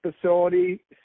Facility